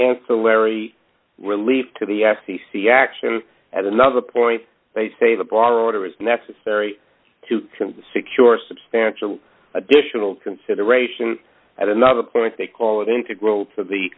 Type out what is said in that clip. ancillary relief to the f c c action at another point they say the bar order is necessary to secure substantial additional consideration at another point they call it integral to the